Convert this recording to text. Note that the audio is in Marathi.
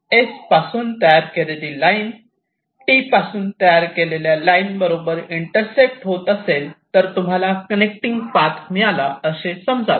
S पासून तयार केलेली लाईन T पासून तयार केलेल्या लाईन बरोबर इंटरसेक्ट होत असेल तर तुम्हाला कनेक्टिंग पाथ मिळाला असे समजावे